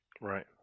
Right